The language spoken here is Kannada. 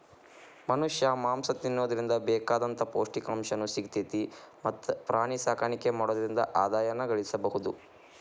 ಮನಷ್ಯಾ ಮಾಂಸ ತಿನ್ನೋದ್ರಿಂದ ಬೇಕಾದಂತ ಪೌಷ್ಟಿಕಾಂಶನು ಸಿಗ್ತೇತಿ ಮತ್ತ್ ಪ್ರಾಣಿಸಾಕಾಣಿಕೆ ಮಾಡೋದ್ರಿಂದ ಆದಾಯನು ಗಳಸಬಹುದು